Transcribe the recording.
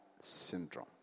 syndrome